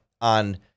on